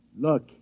Look